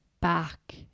back